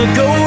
go